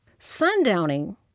Sundowning